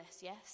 yes